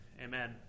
amen